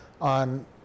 on